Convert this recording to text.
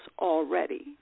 already